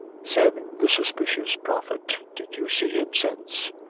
said the suspicious prophet did you see him since?